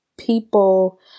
People